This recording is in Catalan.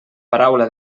paraula